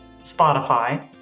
Spotify